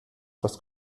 das